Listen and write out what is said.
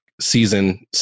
season